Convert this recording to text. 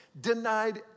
denied